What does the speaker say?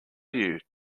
you